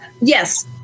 yes